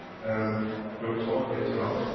um we'll talk later on,